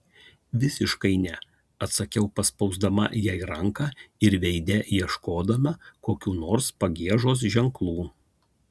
visiškai ne atsakiau paspausdama jai ranką ir veide ieškodama kokių nors pagiežos ženklų